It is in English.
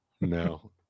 no